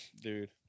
Dude